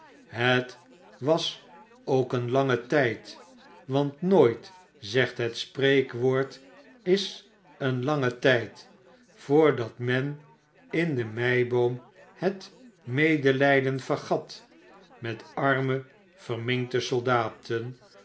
het was ook een lange tijd want nooit zegt het spreekwoord is een lange tijd voordat men in de meibom het medelrjden vergat met arme verminkte soldaten